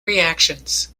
reactions